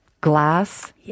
glass